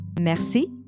Merci